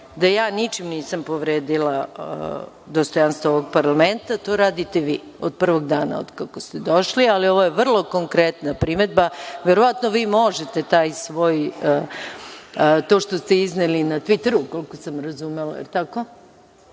da ja ničim nisam povredila dostojanstvo ovog parlamenta, to radite vi od prvog dana od kako ste došli, ali ovo je vrlo konkretna primedba. Verovatno vi možete taj svoj, to što ste izneli na Tviteru, koliko sam razumela, da li je tako,